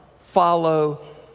follow